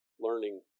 learning